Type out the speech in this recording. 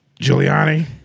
Giuliani